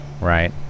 right